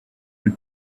with